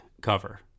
cover